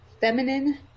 feminine